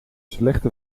slechte